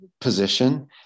position